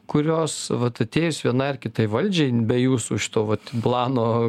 kurios vat atėjus vienai ar kitai valdžiai be jūsų šito vat plano